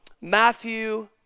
Matthew